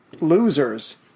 losers